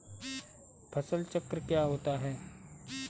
फसल चक्र क्या होता है?